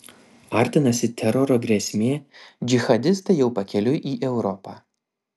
artinasi teroro grėsmė džihadistai jau pakeliui į europą